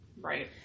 Right